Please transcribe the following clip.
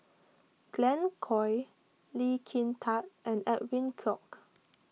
Glen Goei Lee Kin Tat and Edwin Koek